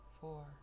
four